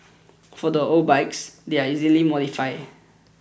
for the old bikes they're easily modify